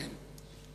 אמן.